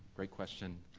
great question.